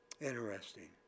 Interesting